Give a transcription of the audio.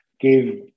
give